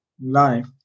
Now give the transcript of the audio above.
life